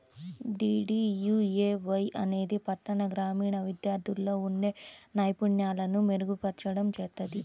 DDUAY అనేది పట్టణ, గ్రామీణ విద్యార్థుల్లో ఉండే నైపుణ్యాలను మెరుగుపర్చడం చేత్తది